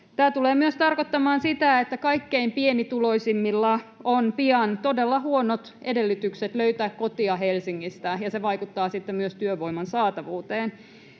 Tämä tulee myös tarkoittamaan sitä, että kaikkein pienituloisimmilla on pian todella huonot edellytykset löytää kotia Helsingistä, [Jani Mäkelän välihuuto]